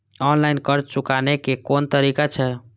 Online कर्ज चुकाने के कोन तरीका छै?